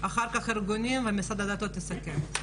אחר כך את הארגונים ומשרד הדתות יסכם.